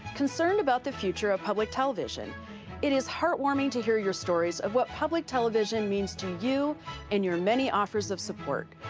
concerned about the future of public television it is heart warming to hear yourstories of what public television means to you and yourmany offers of support.